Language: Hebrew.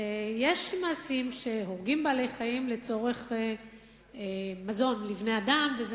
שיש מעשים שהורגים בעלי-חיים לצורך מזון לבני-אדם וזה